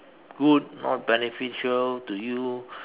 good not beneficial to you